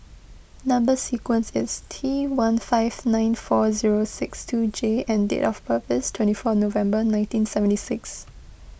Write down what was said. Number Sequence is T one five nine four zero six two J and date of birth is twenty four November nineteen seventy six